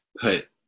put